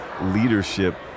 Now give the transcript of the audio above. leadership